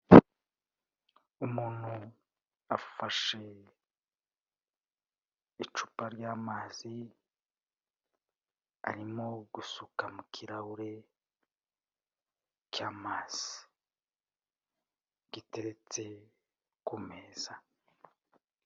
Umuntu afashe icupa ry'amazi, arimo gusuka mu kirahure, cy'amazi giteretse kumeza.